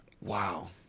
Wow